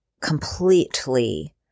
completely